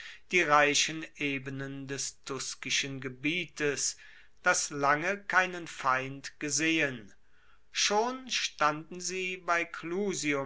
die reichen ebenen des tuskischen gebietes das lange keinen feind gesehen schon standen sie bei